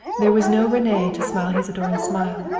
there was no rene to smile his adoring smile,